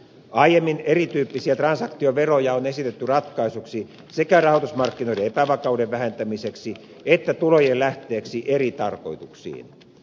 aiemmin erityyppisiä trans aktioveroja on esitetty ratkaisuksi sekä rahoitusmarkkinoiden epävakauden vähentämiseksi että tulojen lähteeksi eri tarkoituksiin